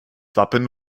wappen